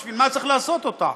בשביל מה צריך לעשות את העבודה?